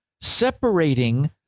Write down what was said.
separating